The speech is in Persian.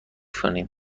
کنیم